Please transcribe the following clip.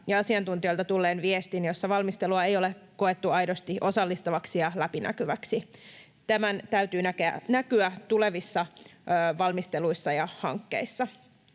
ja asiantuntijoilta tulleen viestin, jossa valmistelua ei ole koettu aidosti osallistavaksi ja läpinäkyväksi. Tämän täytyy näkyä tulevissa valmisteluissa ja hankkeissa.